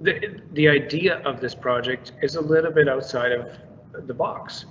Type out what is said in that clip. the the idea of this project is a little bit outside of the box